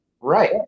Right